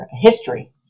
history